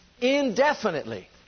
Indefinitely